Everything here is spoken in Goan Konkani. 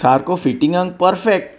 सारको फिटींगाक परफेक्ट